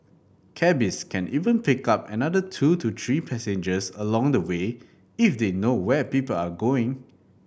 cabbies can even pick up another two to three passengers along the way if they know where people are going